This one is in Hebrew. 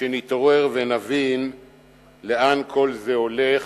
כשנתעורר ונבין לאן כל זה הולך,